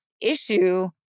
issue